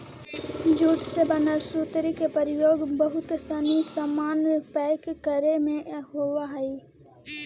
jute से बनल सुतरी के प्रयोग बहुत सनी सामान पैक करे में होवऽ हइ